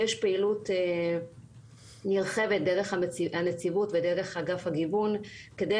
יש פעילות נרחבת דרך הנציבות ודרך אגף הגיוון כדי